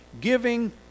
giving